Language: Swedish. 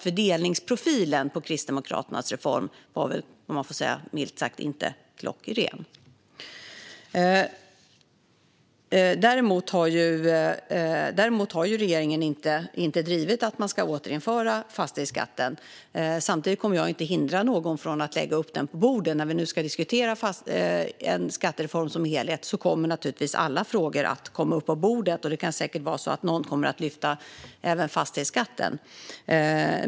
Fördelningsprofilen på Kristdemokraternas reform var milt sagt inte klockren. Däremot har regeringen inte drivit att man ska återinföra fastighetsskatten. Samtidigt kommer jag inte att hindra någon från att lägga upp den på bordet. När vi nu ska diskutera en skattereform som helhet kommer naturligtvis alla frågor att komma upp på bordet. Det kan säkert vara så att någon kommer att lyfta fram även fastighetsskatten.